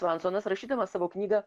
svonsonas rašydamas savo knygą